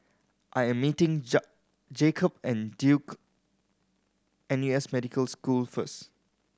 I am meeting Jakob at Duke N U S Medical School first